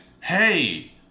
hey